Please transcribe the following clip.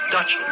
Dutch